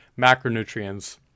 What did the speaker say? macronutrients